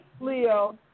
Leo